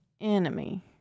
enemy